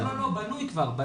לא, בנוי כבר.